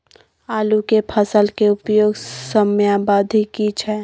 आलू के फसल के उपयुक्त समयावधि की छै?